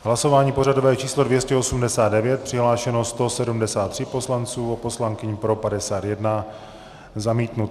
V hlasování pořadové číslo 289 přihlášeno 173 poslanců a poslankyň, pro 51, zamítnuto.